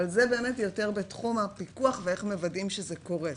אבל זה באמת יותר בתחום הפיקוח ואיך מוודאים שזה קורה,